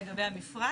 לגבי המפרט?